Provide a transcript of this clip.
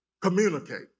Communicate